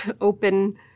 open